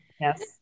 yes